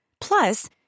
Plus